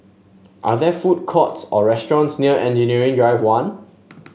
are there food courts or restaurants near Engineering Drive One